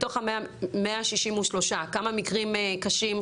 מתוך ה-163 כמה מקרים קשים,